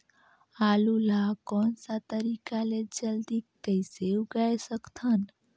आलू ला कोन सा तरीका ले जल्दी कइसे उगाय सकथन?